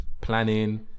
planning